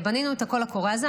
בנינו את הקול הקורא הזה.